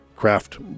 craft